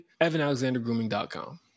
EvanAlexanderGrooming.com